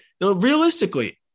realistically